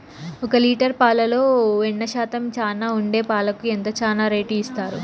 ఒక లీటర్ పాలలో వెన్న శాతం చానా ఉండే పాలకు ఎంత చానా రేటు ఇస్తారు?